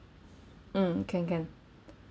mm can can